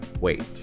wait